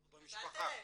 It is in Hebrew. אנחנו במשפחה.